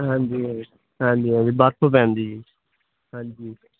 ਹਾਂਜੀ ਹਾਂਜੀ ਹਾਂਜੀ ਬਰਫ ਪੈਂਦੀ ਹਾਂਜੀ